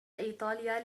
إيطاليا